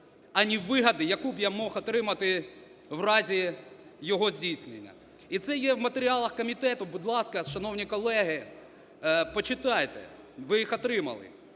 ані вигоди, яку б я міг отримати в разі його здійснення. І це є в матеріалах комітету, будь ласка, шановні колеги, почитайте, ви їх отримали.